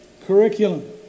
Curriculum